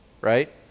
right